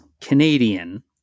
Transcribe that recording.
Canadian